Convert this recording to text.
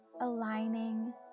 aligning